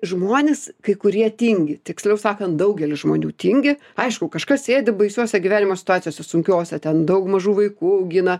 žmonės kai kurie tingi tiksliau sakant daugelis žmonių tingi aišku kažkas sėdi baisiose gyvenimo situacijose sunkiose ten daug mažų vaikų augina